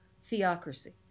theocracy